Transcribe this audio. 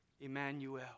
Emmanuel